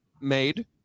made